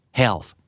health